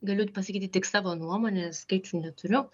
galiu pasakyti tik savo nuomonę skaičių neturiu